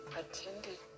attended